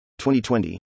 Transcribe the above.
2020